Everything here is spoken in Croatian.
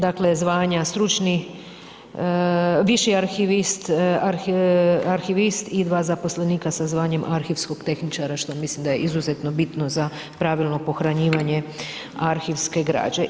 Dakle zvanja stručni, viši arhivist, arhivist i dva zaposlenika sa zvanjem arhivskog tehničara što mislim da je izuzetno bitno za pravilno pohranjivanje arhivske građe.